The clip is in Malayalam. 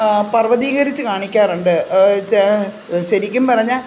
പർവ്വതീകരിച്ചു കാണിക്കാറുണ്ട് ശരിക്കും പറഞ്ഞാൽ